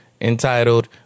Entitled